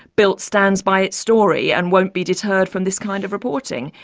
bild stands by its story and won't be deterred from this kind of reporting.